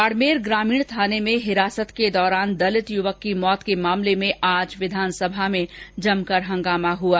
बाड़मेर ग्रामीण थाने में हिरासत के दौरान दलित युवक की मौत के मामले में आज विधानसभा में जमकर हंगामा हुआ